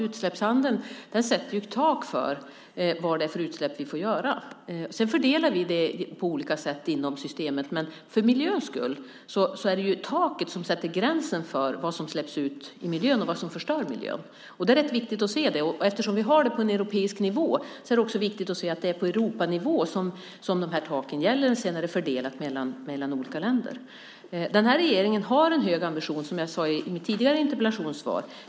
Utsläppshandeln sätter ett tak för vilka utsläpp vi får göra, och sedan fördelar vi det på olika sätt inom systemet. Men för miljöns skull är det taket som sätter gränsen för vad som släpps ut i miljön och vad som förstör miljön. Det är rätt viktigt att se det. Eftersom vi har det på en europeisk nivå är det också viktigt att se att det är på Europanivå som de här taken gäller, och sedan är det fördelat mellan olika länder. Den här regeringen har en hög ambition, som jag sade i mitt tidigare interpellationssvar.